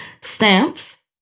Stamps